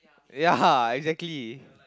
ya exactly